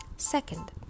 second